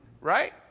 right